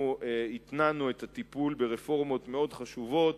התנענו את הטיפול ברפורמות מאוד חשובות,